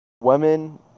women